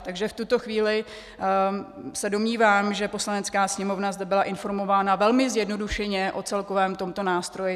Takže v tuto chvíli se domnívám, že Poslanecká sněmovna zde byla informována velmi zjednodušeně o celkovém tomto nástroji.